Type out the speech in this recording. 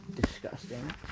disgusting